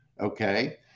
Okay